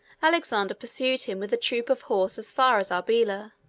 alexander pursued him with a troop of horse as far as arbela,